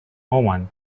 oman